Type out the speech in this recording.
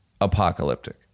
apocalyptic